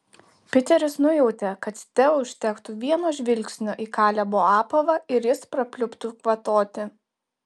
piteris nujautė kad teo užtektų vieno žvilgsnio į kalebo apavą ir jis prapliuptų kvatoti